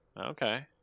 Okay